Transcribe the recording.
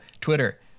Twitter